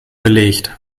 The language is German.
belegt